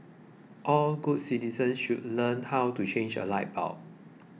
all good citizens should learn how to change a light bulb